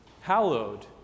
Hallowed